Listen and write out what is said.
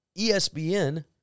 ESPN